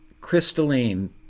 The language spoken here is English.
Crystalline